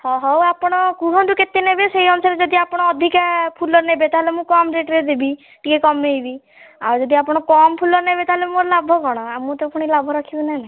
ହଁ ହଉ ଆପଣ କୁହନ୍ତୁ କେତେ ନେବେ ସେଇ ଅନୁସାରେ ଯଦି ଆପଣ ଅଧିକା ଫୁଲ ନେବେ ତା'ହେଲେ ମୁଁ କମ୍ ରେଟ୍ରେ ଦେବି ଟିକେ କମାଇବି ଆଉ ଯଦି ଆପଣ କମ୍ ଫୁଲ ନେବେ ତା'ହେଲେ ମୋର ଲାଭ କ'ଣ ଆଉ ମୁଁ ତ ପୁଣି ଲାଭ ରଖିବି ନା ନାହିଁ